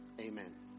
Amen